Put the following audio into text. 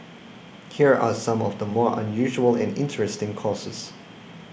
here are some of the more unusual and interesting courses